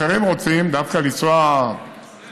ואחרים רוצים דווקא לנסוע לאשקלון,